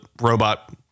robot